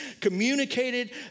communicated